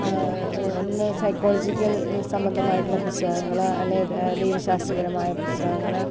ന്ന് സൈക്കോളജിക്കൽ സംബന്ധമായിട്ടുള്ള പുസ്തകങ്ങള് അല്ലെങ്കില് ദേവി ശാസ്ത്രപരമായ പുസ്തകങ്ങള്